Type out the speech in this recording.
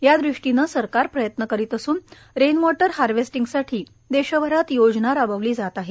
या दृष्टीने सरकार प्रयत्न करत असून रेन वॉटर हार्वेस्टींगसाठी देशभरात योजना राबवीली जात आहे